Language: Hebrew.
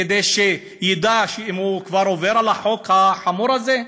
כדי שידע אם הוא עובר על החוק החמור הזה?